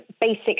basic